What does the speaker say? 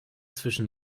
zwischen